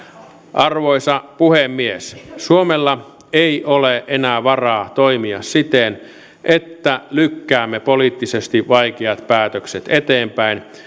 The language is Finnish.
arvoisa puhemies suomella ei ole enää varaa toimia siten että lykkäämme poliittisesti vaikeat päätökset eteenpäin